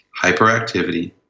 hyperactivity